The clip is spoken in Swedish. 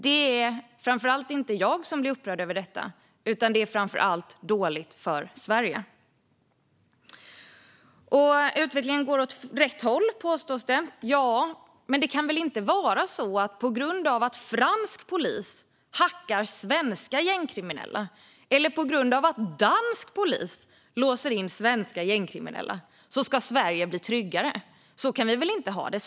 Det handlar inte främst om att jag blir upprörd över detta; det är framför allt dåligt för Sverige. Utvecklingen går åt rätt håll, påstås det. Ja, men det kan väl inte vara så att Sverige ska bli tryggare tack vare att fransk polis hackar svenska gängkriminella eller tack vare att dansk polis låser in svenska gängkriminella. Så kan vi väl inte ha det?